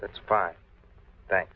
that's fine thanks